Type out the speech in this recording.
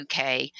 UK